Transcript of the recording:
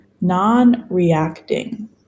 non-reacting